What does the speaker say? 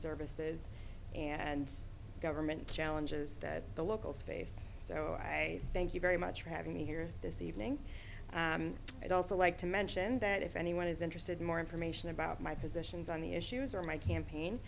services and government challenges that the locals face so i thank you very much for having me here this evening i'd also like to mention that if anyone is interested in more information about my positions on the issues or my campaign